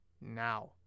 now